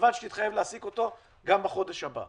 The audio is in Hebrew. ובלבד שתתחייב להעסיק אותו גם בחודש הבא.